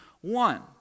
one